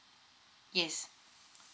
yes